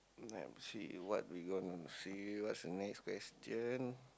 let me see what we going to see what's the next question